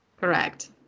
Correct